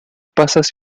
pasas